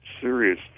serious